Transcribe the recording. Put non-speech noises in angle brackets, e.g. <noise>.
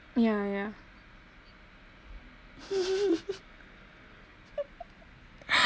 ya ya <laughs>